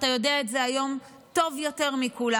אתה יודע את זה היום טוב יותר מכולם.